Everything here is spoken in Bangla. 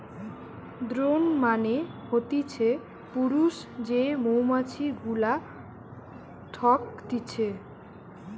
দ্রোন মানে হতিছে পুরুষ যে মৌমাছি গুলা থকতিছে